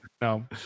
no